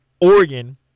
Oregon